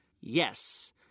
Yes